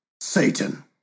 Satan